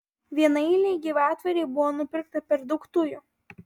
vienaeilei gyvatvorei buvo nupirkta per daug tujų